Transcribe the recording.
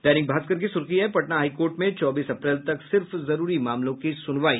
दैनिक भास्कर की सुर्खी है पटना हाईकोर्ट में चौबीस अप्रैल तक सिर्फ जरूरी मामलों की सुनवाई